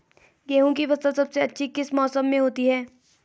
गेहूँ की फसल सबसे अच्छी किस मौसम में होती है